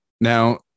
Now